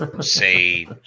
say